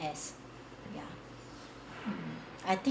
S ya hmm I think